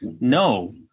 No